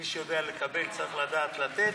מי שיודע לקבל, צריך לדעת לתת.